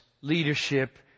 leadership